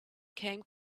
came